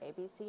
ABC